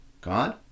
God